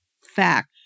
Fact